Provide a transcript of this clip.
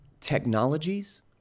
technologies